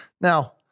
Now